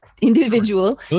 individual